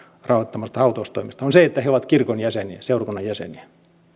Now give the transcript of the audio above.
rahoittamasta hautaustoimesta on se että he ovat kirkon jäseniä seurakunnan jäseniä